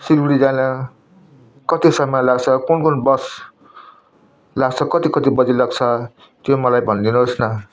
सिलगढी जान कति समय लाग्छ कुन कुन बस लाग्छ कति कति बजी लाग्छ त्यो मलाई भनिदिनु होस् न